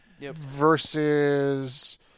Versus